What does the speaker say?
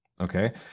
Okay